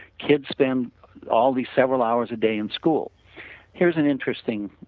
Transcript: kids spend all these several hours a day in school here is an interesting